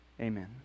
amen